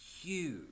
huge